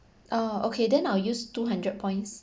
oh okay then I'll use two hundred points